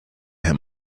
him